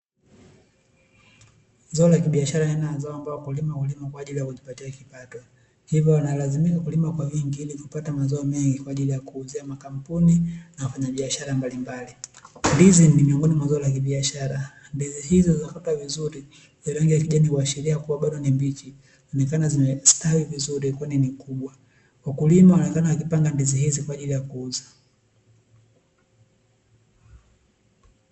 Zao la kibiashara hulimywa na wakulima ili kujipatia kipato hivyo wanalazimika kulima kwa wingi ili kupata mazao mengi kwa ajili ya kuuzia makampuni na wafanyabiashara mbalimbali , ndizi ni miongoni mwa mazao ya kibiashara ndizi hizi zenye rangi ya kijani kibichi zinaonekana zimestawi vizuri, ndizi hizi kwa ajili ya kuuza.